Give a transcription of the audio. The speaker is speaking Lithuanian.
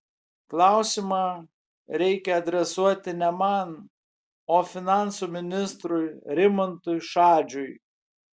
klausimą reikia adresuoti ne man o finansų ministrui rimantui šadžiui